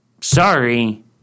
sorry